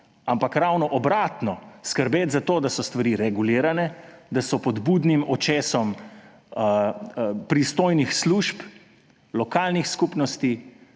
ampak ravno obratno; skrbeti za to, da so stvari regulirane, da so pod budnim očesom pristojnih služb, lokalnih skupnosti,